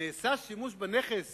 נעשה שימוש בנכס